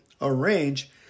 arrange